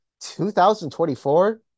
2024